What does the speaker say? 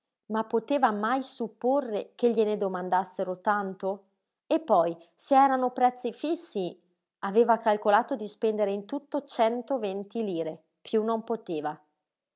ma poteva mai supporre che gliene domandassero tanto e poi se erano prezzi fissi aveva calcolato di spendere in tutto centoventi lire piú non poteva